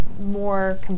more